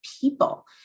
people